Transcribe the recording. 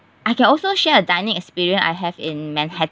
I can also share a dining experience I have in manhat~